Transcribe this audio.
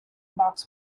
box